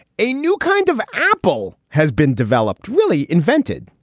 a new kind of apple has been developed, really invented.